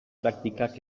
praktikak